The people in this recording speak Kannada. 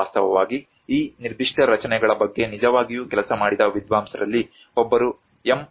ವಾಸ್ತವವಾಗಿ ಈ ನಿರ್ದಿಷ್ಟ ರಚನೆಗಳ ಬಗ್ಗೆ ನಿಜವಾಗಿಯೂ ಕೆಲಸ ಮಾಡಿದ ವಿದ್ವಾಂಸರಲ್ಲಿ ಒಬ್ಬರು ಎಂ